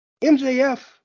MJF